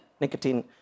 nicotine